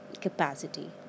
capacity